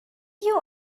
you